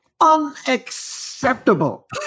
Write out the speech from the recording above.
unacceptable